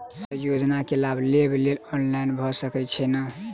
Sir योजना केँ लाभ लेबऽ लेल ऑनलाइन भऽ सकै छै नै?